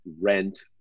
rent